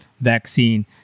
vaccine